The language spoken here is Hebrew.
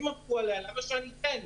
אם עבדו עליה, למה שאתן?